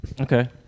Okay